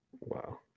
Wow